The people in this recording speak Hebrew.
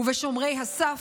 ובשומרי הסף.